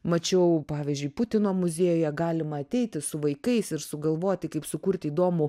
mačiau pavyzdžiui putino muziejuje galima ateiti su vaikais ir sugalvoti kaip sukurti įdomų